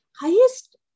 highest